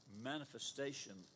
manifestation